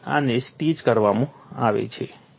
અને આને સ્ટીચ કરવામાં આવે છે